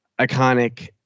iconic